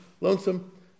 lonesome